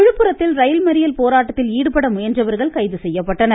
விழுப்புரத்தில் ரயில் மறியல் போராட்டத்தில் ஈடுபட முயன்றவர்கள் கைது செய்யப்பட்டனர்